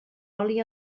oli